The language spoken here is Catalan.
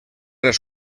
les